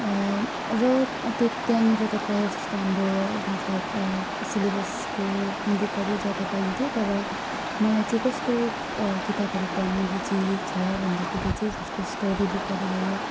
र अन्त त्यहाँनिर त प्रायः जस्तो हाम्रो मतलब सिलेबसको बुकहरू ज्यादा पाइन्थ्यो तर मलाई चाहिँ कस्तो किताबहरू पढ्नु रुची छ भन्दाखेरि चाहिँ स्टोरी बुकहरू भयो